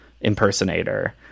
impersonator